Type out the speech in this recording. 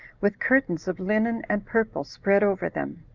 with curtains of linen and purple spread over them,